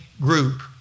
group